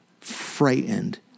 frightened